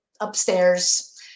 upstairs